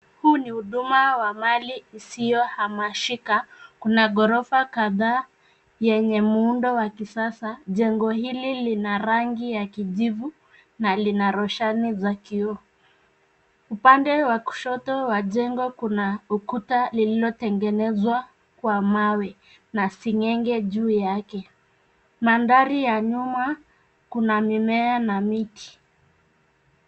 Huu ni huduma wa mali isiyohamishika. Kuna ghorofa kadhaa yenye muundo wa kisasa. Jengo hili lina rangi ya kijivu na lina roshani za kioo. Upande wa kushoto wa jengo kuna ukuta lililotengenezwa kwa mawe na seng'enge juu yake. Mandhari ya nyuma kuna mimea na miti.